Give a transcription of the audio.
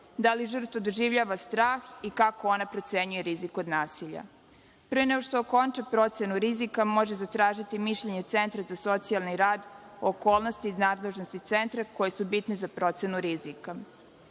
da li žrtva doživljava strah i kako ona procenjuje rizik od nasilja. Pre nego što okonča procenu rizika, može zatražiti mišljenje centra za socijalni rad, okolnosti iz nadležnosti centra koje su bitne za procenu rizika.